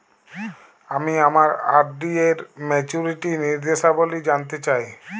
আমি আমার আর.ডি এর মাচুরিটি নির্দেশাবলী জানতে চাই